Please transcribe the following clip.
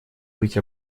быть